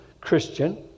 Christian